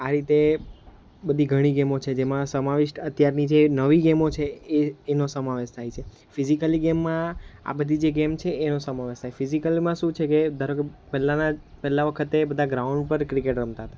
આ રીતે બધી ઘણી ગેમો છે જેમાં સમાવિષ્ટ અત્યારની જે નવી ગેમો છે એ એનો સમાવેશ થાય છે ફિઝિકલી ગેમમાં આ બધી જે ગેમ છે એનો સમાવેશ થાય છે ફિઝિકલમાં શું છે કે ધારો કે પહેલાનાં પહેલા વખતે બધા ગ્રાઉન્ડ પર જ ક્રિકેટ રમતા હતા